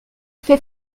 fait